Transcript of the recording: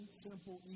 simple